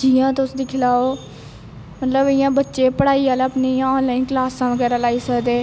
जियां तुस दिक्खी लैओ मतलब इ'यां बच्चे पढ़ाई अल्ल अपनी इ'यां आनलाइन क्लासां बगैरा लाई सकदे